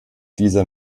dieser